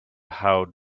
how